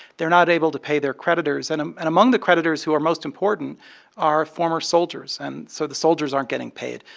they're not able to pay their creditors. and um and among the creditors who are most important are former soldiers, and so the soldiers aren't getting paid,